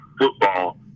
football